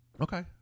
Okay